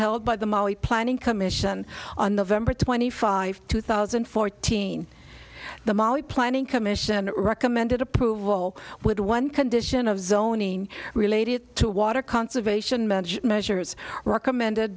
held by the mali planning commission on the vendor twenty five two thousand and fourteen the mali planning commission recommended approval with one condition of zoning related to water conservation meant measures recommended